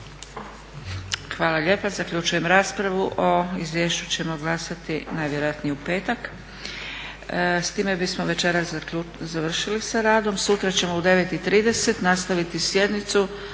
Hvala lijepa. Zaključujem raspravu. O izvješću ćemo glasati najvjerojatnije u petak. S time bismo večeras završili sa radom. Sutra ćemo u 9,30 nastaviti sjednicu